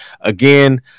Again